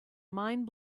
mind